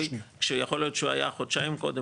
כשיכול להיות שהוא היה חודשיים קודם